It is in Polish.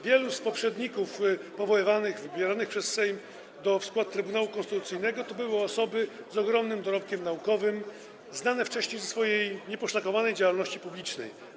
Wielu z poprzedników powoływanych, wybieranych przez Sejm w skład Trybunału Konstytucyjnego to były osoby z ogromnym dorobkiem naukowym, znane wcześniej ze swojej nieposzlakowanej działalności publicznej.